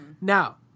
Now